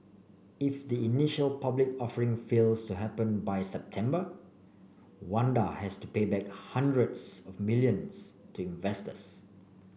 if the initial public offering fails happen by September Wanda has to pay back hundreds of millions to investors